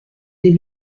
des